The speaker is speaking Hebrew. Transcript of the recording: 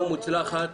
בשעה טובה ומוצלחת,